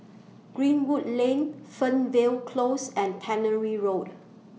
Greenwood Lane Fernvale Close and Tannery Road